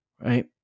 Right